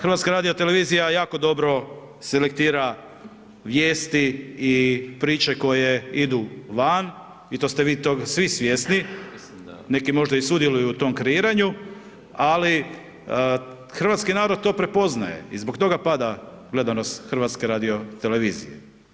HRT jako dobro selektira vijesti i priče koje idu van i to ste vi tog svi svjesni, neki možda i sudjeluju u tom kreiranju ali hrvatski narod to prepoznaje i zbog toga pada gledanost HRT-a.